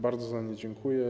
Bardzo za nie dziękuję.